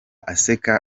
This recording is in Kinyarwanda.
aseka